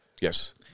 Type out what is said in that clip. Yes